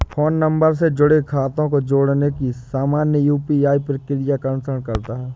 phone number से जुड़े खातों को जोड़ने की सामान्य यू.पी.आई प्रक्रिया का अनुसरण करता है